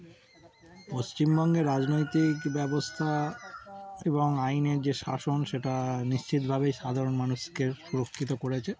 পশ্চিমবঙ্গে রাজনৈতিক ব্যবস্থা এবং আইনের যে শাসন সেটা নিশ্চিতভাবেই সাধারণ মানুষকে সুরক্ষিত করেছে